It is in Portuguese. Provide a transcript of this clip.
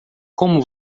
como